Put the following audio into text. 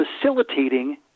facilitating